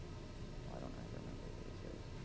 why don't i ever remember where this is?